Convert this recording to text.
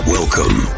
Welcome